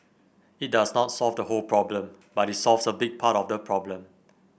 it does not solve the whole problem but it solves a big part of the problem